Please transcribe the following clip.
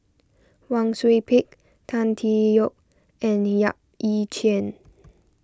Wang Sui Pick Tan Tee Yoke and Yap Ee Chian